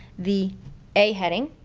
the a heading.